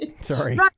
Sorry